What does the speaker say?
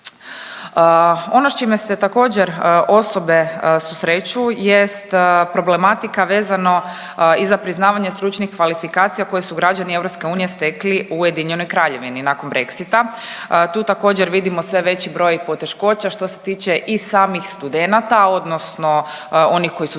Ono s čime se također osobe susreću jest problematika vezano i za priznavanje stručnih kvalifikacija koje su građani EU stekli u Ujedinjenoj Kraljevini nakon Brexita. Tu također vidimo sve veći broj poteškoća što se tiče i samih studenata, odnosno onih koji su